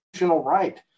right